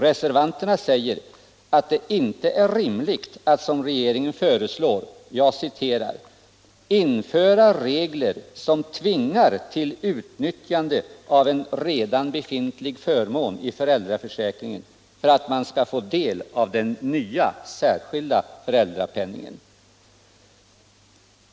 Revervanterna säger att det inte är rimligt att som regeringen föreslår ”införa regler som tvingar till utnyttjande av en redan befintlig förmån i föräldraförsäkringen för att man skall få del av den nya särskilda föräldrapenningen”.